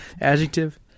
Adjective